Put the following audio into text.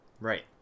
Right